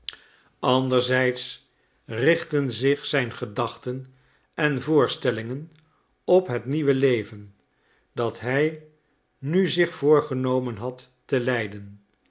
anderzijds richtten zich zijn gedachten en voorstellingen op het nieuwe leven dat hij nu zich voorgenomen had te leiden